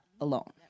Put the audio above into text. alone